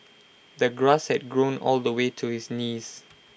the grass had grown all the way to his knees